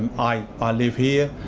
i i live here.